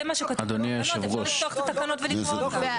זה מה שכתוב בתקנות אתה יכול לפתוח את התקנות ולקרוא אותן.